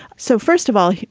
so first of all,